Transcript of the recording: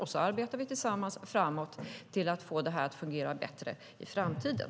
Sedan arbetar vi tillsammans framåt för att få detta att fungera bättre i framtiden.